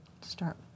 Start